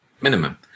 minimum